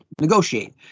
negotiate